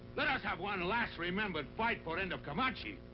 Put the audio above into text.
let us have one last remembered fight for end of comanche.